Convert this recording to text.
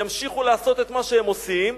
ימשיכו לעשות את מה שהם עושים,